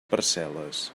parcel·les